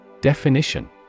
Definition